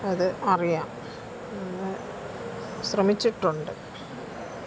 അത് അറിയാം പിന്നെ ശ്രമിച്ചിട്ടുണ്ട്